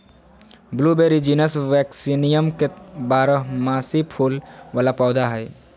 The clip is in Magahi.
ब्लूबेरी जीनस वेक्सीनियम के बारहमासी फूल वला पौधा हइ